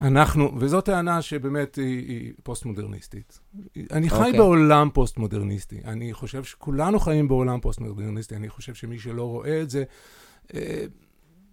אנחנו, וזאת טענה שבאמת היא פוסט-מודרניסטית. אני חי בעולם פוסט-מודרניסטי. אני חושב שכולנו חיים בעולם פוסט-מודרניסטי. אני חושב שמי שלא רואה את זה...